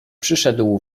przyszedł